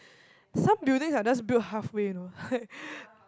some buildings are just built halfway you know like